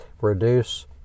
Reduce